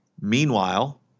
Meanwhile